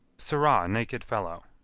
sirrah naked fellow